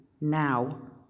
now